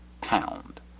pound